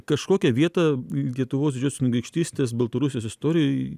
kažkokią vietą lietuvos didžiosios kunigaikštystės baltarusijos istorijoj